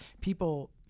people